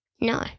No